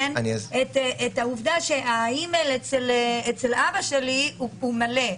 את העובדה שהאימייל אצל אבא שלי הוא מלא?